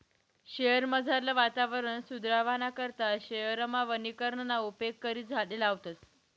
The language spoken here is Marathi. शयेरमझारलं वातावरण सुदरावाना करता शयेरमा वनीकरणना उपेग करी झाडें लावतस